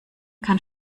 kann